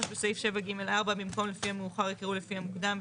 3. בסעיף 7 (ג') 4 במקום לפי המאוחר יקראו לפי המוקדם.